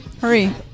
Hurry